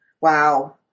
wow